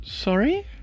Sorry